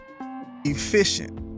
efficient